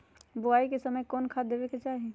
बोआई के समय कौन खाद देवे के चाही?